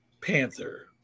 Panther